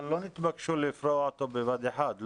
אבל לא נתבקשו לפרוע אותו בבת אחת,